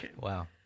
Wow